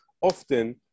often